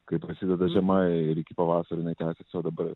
kai prasideda žiema ir iki pavasario jinai tęsiasi o dabar